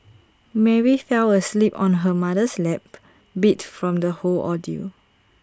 Mary fell asleep on her mother's lap beat from the whole ordeal